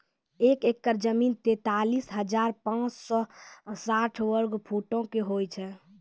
एक एकड़ जमीन, तैंतालीस हजार पांच सौ साठ वर्ग फुटो के होय छै